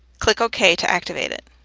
click ok to activate it.